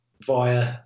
via